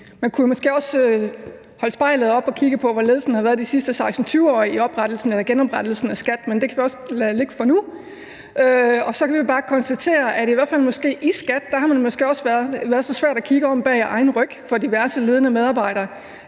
Man kunne måske også holde spejlet oppe og kigge på, hvor ledelsen har været de sidste 16-20 år ved genoprettelsen af skattevæsenet, men det kan vi godt lade ligge for nu. Og så kan vi bare konstatere, at det i skattevæsenet måske også har været svært at kigge bag egen ryg for diverse ledende medarbejdere